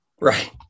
Right